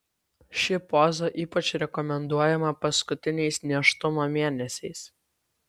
ši poza ypač rekomenduojama paskutiniais nėštumo mėnesiais